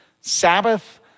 Sabbath